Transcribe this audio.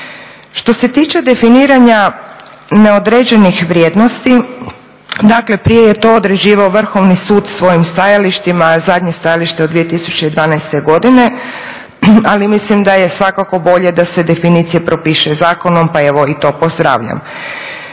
Što se tiče definiranja neodređenih vrijednosti dakle prije je to određivao Vrhovni sud svojim stajalištima a zadnje stajalište je od 2012. ali mislim da je svakako bolje da se definicija propiše zakonom pa evo i to pozdravljam.